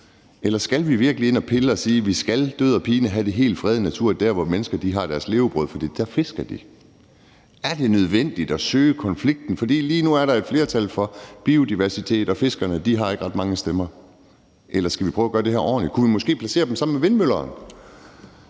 Eller skal vi virkelig ind og pille i det og sige, at vi død og pine skal have den helt fredede natur der, hvor mennesker har deres levebrød, fordi de fisker dér? Er det nødvendigt at søge konflikten, fordi der lige nu er et flertal for biodiversitet og fiskerne ikke har ret mange stemmer? Eller skal vi prøve at gøre det her ordentligt? Kunne vi måske placere det sammen med vindmøllerne,